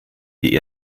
die